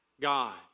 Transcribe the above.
God